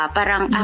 Parang